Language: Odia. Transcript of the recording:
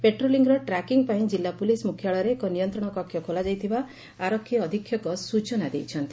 ପାଟ୍ରୋଲିଂର ଟ୍ରାକିଂ ପାଇଁ କିଲ୍ଲା ପୁଲିସ୍ ମୁଖ୍ୟାଳୟରେ ଏକ ନିୟନ୍ତଣ କକ ଖୋଲାଯାଇଥିବା ଆରକ୍ଷୀ ଅଧୀକ୍ଷକ ଡକୁର ସିଂହ ସ୍ୱଚନା ଦେଇଛନ୍ତି